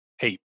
hey